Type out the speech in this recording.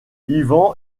yvan